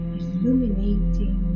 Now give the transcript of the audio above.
illuminating